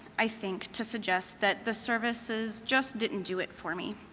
i think, to suggest that the services just didn't do it for me.